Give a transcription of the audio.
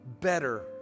better